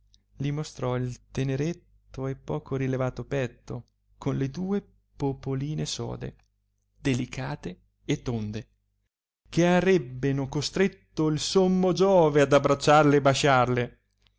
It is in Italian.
li mostrò il teneretto e poco rilevato petto con le due popoline sode delicate e tonde che arebbeno costretto il sommo giove ad abbracciarle e basciarle